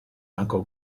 uncle